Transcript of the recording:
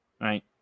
right